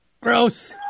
Gross